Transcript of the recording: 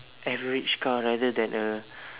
average car rather than a